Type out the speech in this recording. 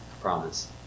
promise